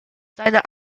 seine